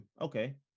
okay